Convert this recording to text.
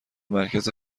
مرکز